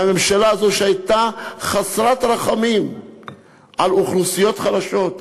מהממשלה הזאת שהייתה חסרת רחמים לאוכלוסיות חלשות,